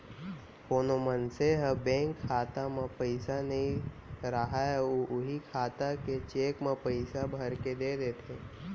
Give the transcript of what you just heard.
कोनो मनसे ह बेंक खाता म पइसा नइ राहय अउ उहीं खाता के चेक म पइसा भरके दे देथे